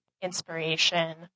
inspiration